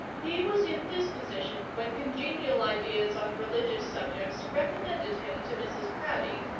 he was in this position when congenial ideas on religious subjects recommended him to mrs proudie,